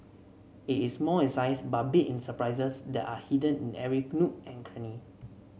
it is small in size but big in surprises that are hidden in every nook and cranny